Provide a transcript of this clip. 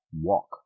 walk